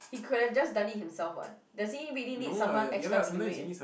he could have just done it himself [what] does he really need someone extra to do it